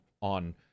on